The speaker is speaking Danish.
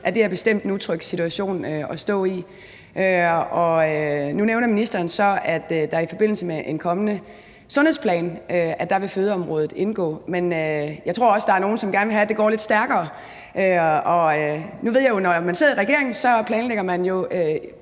at det bestemt er en utryg situation at stå i. Nu nævner ministeren så, at fødeområdet vil indgå i forbindelse med en kommende sundhedsplan. Men jeg tror også, der er nogle, som gerne vil have, at det går lidt stærkere. Jeg ved, at man, når man sidder i regering, jo planlægger et